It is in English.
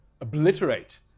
obliterate